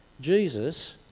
Jesus